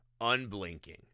unblinking